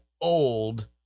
old